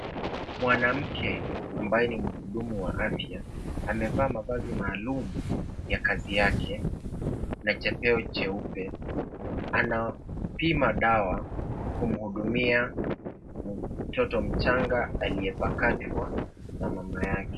Mwanamke ambaye ni mhudumu wa afya amevaa mavazi maalum ya kazi yake na chepeo cheupe anapima dawa kumhudumia mtoto mchanga aliyepakachwa na mamake.